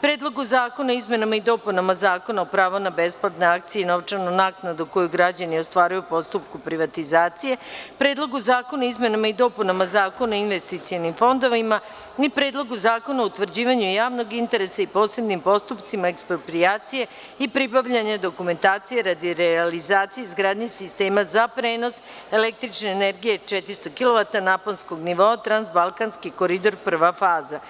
Predlogu zakona o izmenama i dopunama Zakona o pravu na besplatne akcije i novčanu naknadu koju građani ostvaruju u postupku privatizacije; Predlogu zakona o izmenama i dopunama Zakona o investicionim fondovima, i Predlogu zakona o utvrđivanju javnog interesa i posebnim postupcima eksproprijacije i pribavljanja dokumentacije radi realizacije izgradnje sistema za prenos električne energije 400 kv naponskog nivoa „Transbalkanski koridor – prva faza“